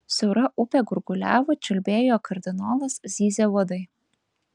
siaura upė gurguliavo čiulbėjo kardinolas zyzė uodai